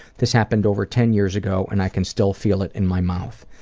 this happened over ten years ago and i can still feel it in my mouth.